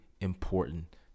important